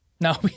No